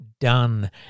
done